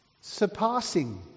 Surpassing